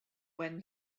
when